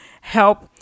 help